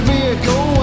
vehicle